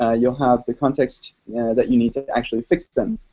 ah you'll have the context that you need to actually fix them.